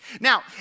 Now